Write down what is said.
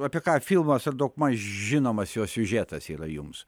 apie ką filmas ar daugmaž žinomas jo siužetas yra jums